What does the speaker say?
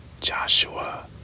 Joshua